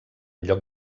lloc